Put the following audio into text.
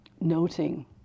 noting